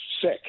sick